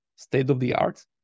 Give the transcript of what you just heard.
state-of-the-art